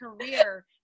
career